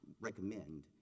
recommend